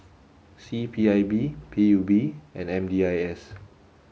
C P I B P U B and M D I S